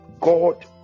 God